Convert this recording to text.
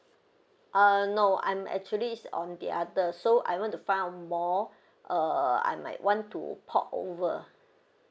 uh no I'm actually is on the other so I want to find out more uh I might want to port over